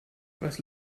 was